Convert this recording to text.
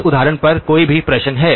इस उदाहरण पर कोई भी प्रश्न है